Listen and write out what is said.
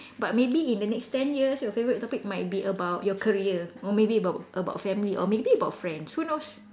but maybe in the next ten years your favourite topic might be about your career or maybe about about family or maybe about friends who knows